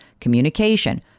communication